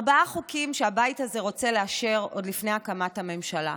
ארבעה חוקים שהבית הזה רוצה לאשר עוד לפני הקמת הממשלה.